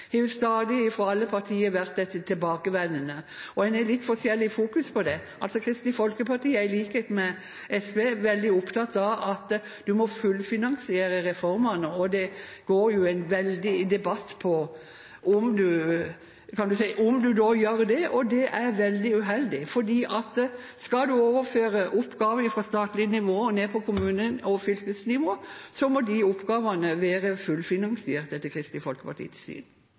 stadig, fra alle partier, vært tilbakevendende. En har litt forskjellig fokusering på det. Kristelig Folkeparti er i likhet med SV veldig opptatt av at en må fullfinansiere reformene. Det går en veldig debatt om hvorvidt en gjør det, og det er veldig uheldig, for skal en overføre oppgaver fra statlig nivå og ned på kommune- og fylkesnivå, må de oppgavene være fullfinansierte, etter Kristelig Folkepartis syn.